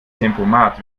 tempomat